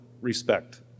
respect